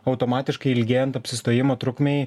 automatiškai ilgėjant apsistojimo trukmei